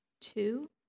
two